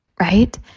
right